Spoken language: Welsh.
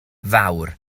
fawr